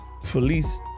police